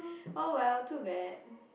oh well too bad